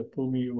Pumi